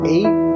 Eight